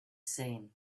seen